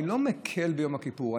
אני לא מקל ביום כיפור,